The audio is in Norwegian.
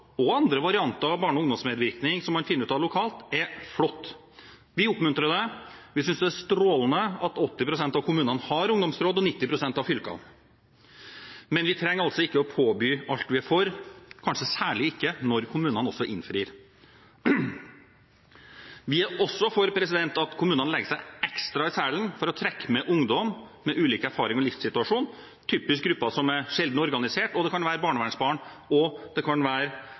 og andre varianter av barne- og ungdomsmedvirkning som man finner ut av lokalt, er flott. Vi oppmuntrer til det, vi synes det er strålende at 80 pst. av kommunene har ungdomsråd og 90 pst. av fylkene. Men vi trenger altså ikke å påby alt vi er for, kanskje særlig ikke når kommunene også innfrir. Vi er også for at kommunene legger seg ekstra i selen for å trekke med ungdom med ulik erfaring og livssituasjon, typisk grupper som sjelden er organisert, det kan være barnevernsbarn, og det kan være